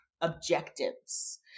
objectives